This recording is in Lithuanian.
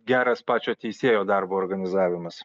geras pačio teisėjo darbo organizavimas